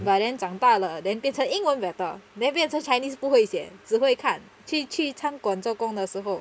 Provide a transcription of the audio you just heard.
but then 长大了 then 变成英文 better then 变成 chinese 不会写只会看去去餐馆做工的时候